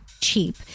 cheap